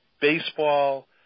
baseball